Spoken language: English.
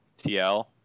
TL